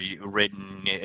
written